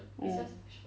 orh